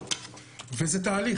וזה תהליך.